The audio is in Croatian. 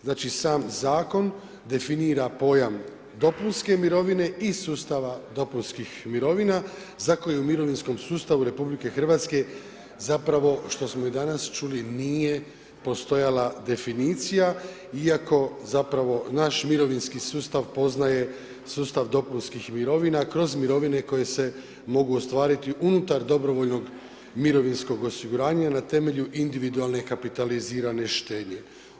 Znači, sam Zakon definira pojam dopunske mirovine iz sustava dopunskih mirovina za koju u mirovinskom sustavu RH zapravo, što smo i danas čuli, nije postojala definicija, iako zapravo naš mirovinski sustav poznaje sustav dopunskih mirovina kroz mirovine koje se mogu ostvariti unutar dobrovoljnog mirovinskog osiguranja na temelju individualne kapitalizirane štednje.